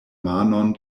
manon